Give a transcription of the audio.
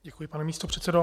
Děkuji, pane místopředsedo.